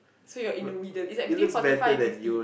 so you are in the middle it's like between forty five and fifty